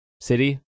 City